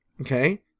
Okay